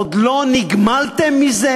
עוד לא נגמלתם מזה,